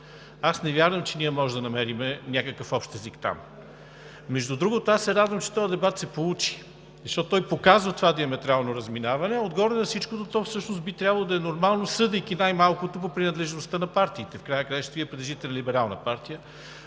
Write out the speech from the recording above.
Не вярвам, че ние можем да намерим някакъв общ език там. Между другото, радвам се, че този дебат се получи, защото той показва това диаметрално разминаване, а отгоре на всичко то всъщност би трябвало да е нормално, най-малко съдейки по принадлежността на партиите. В края на краищата Вие принадлежите на либерална партия,